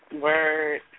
Word